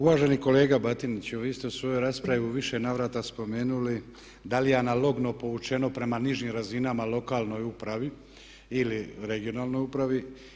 Uvaženi kolega Batiniću, vi ste u svojoj raspravi u više navrata spomenuli da li je analogno povučeno prema nižim razinama lokalnoj upravi ili regionalnoj upravi.